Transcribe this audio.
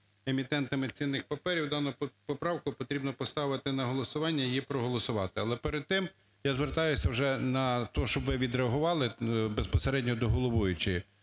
емітентами цінних паперів), дану поправку потрібно поставити на голосуванні і її проголосувати. Але, перед тим я звертаюсь вже на те, щоб відреагували, безпосередньо до головуючої.